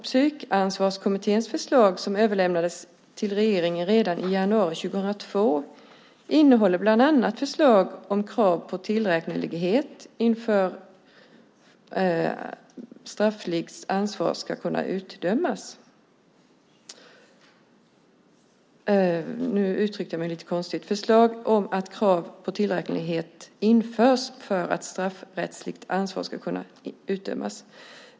Psykansvarskommitténs förslag, som överlämnades till regeringen redan i januari 2002, innehåller bland annat förslag om att krav på att tillräknelighet införs för att straffrättsligt ansvar ska kunna utdömas.